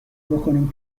بکنیم